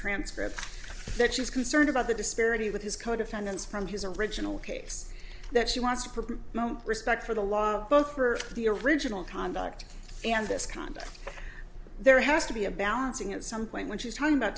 transcript that she was concerned about the disparity with his co defendants from his original case that she wants respect for the law both for the original conduct and this conduct there has to be a balancing at some point when she's talking about